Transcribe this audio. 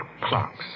clocks